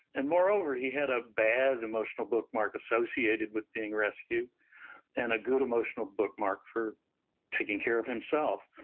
and moreover, he had a bad emotional bookmark associated with being rescued and a good emotional bookmark for taking care of himself.